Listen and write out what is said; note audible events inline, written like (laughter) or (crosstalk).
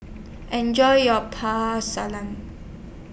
Enjoy your (unintelligible)